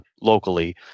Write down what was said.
locally